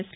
yes